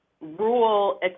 rural